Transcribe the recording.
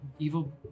evil